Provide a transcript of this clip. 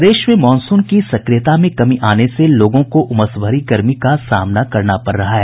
प्रदेश में मॉनसून की सक्रियता में कमी आने से लोगों को उमस भरी गर्मी का सामना करना पड़ रहा है